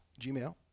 Gmail